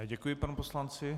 Děkuji panu poslanci.